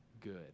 good